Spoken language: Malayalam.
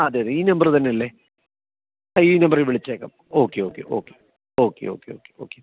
അതേ അതേ ഈ നമ്പർ തന്നെ അല്ലേ ആ ഈ നമ്പറിൽ വിളിച്ചേക്കാം okay okay okay okay okay okay okay